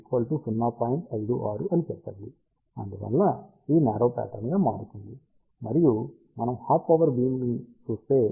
అందువల్ల ఇది narrow pattern గా మారుతుంది మరియు మనం హాఫ్ పవర్ బీమ్ ని చూస్తే